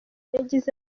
yagize